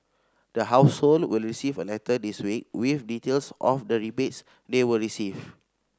the household will receive a letter this week with details of the rebates they will receive